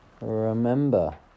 remember